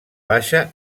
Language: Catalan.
baixa